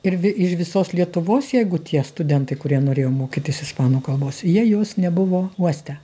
ir vi iš visos lietuvos jeigu tie studentai kurie norėjo mokytis ispanų kalbos ja jos nebuvo uostę